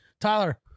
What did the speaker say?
Tyler